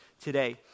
today